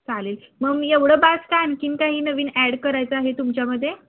चालेल मग एवढं बास का आणखीन काही नवीन ॲड करायचं आहे तुमच्यामध्ये